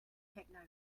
techno